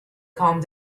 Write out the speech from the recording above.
calmed